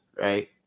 right